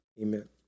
amen